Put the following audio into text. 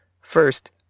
First